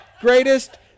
Greatest